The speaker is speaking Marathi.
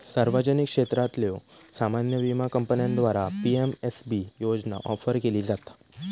सार्वजनिक क्षेत्रातल्यो सामान्य विमा कंपन्यांद्वारा पी.एम.एस.बी योजना ऑफर केली जाता